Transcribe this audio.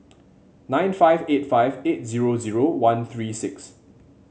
nine five eight five eight zero zero one three six